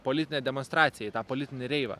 politinę demonstraciją į tą politinį reivą